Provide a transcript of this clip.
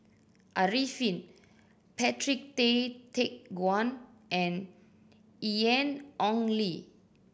Arifin Patrick Tay Teck Guan and Ian Ong Li